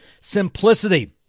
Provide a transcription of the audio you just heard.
simplicity